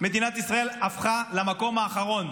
מדינת ישראל הפכה למקום האחרון,